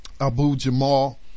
Abu-Jamal